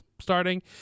starting